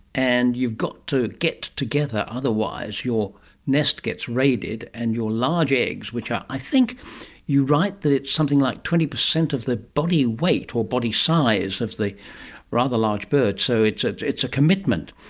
and you've got to get together, otherwise your nest gets raided and your large eggs, which are, i think you write that it's something like twenty percent of their body weight or body size of the rather large birds, so it's it's a commitment.